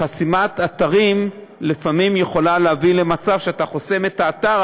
חסימת אתרים לפעמים יכולה להביא למצב שאתה חוסם את האתר,